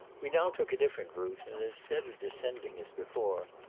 we now took a different route, and instead of descending, as before,